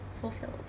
Fulfilled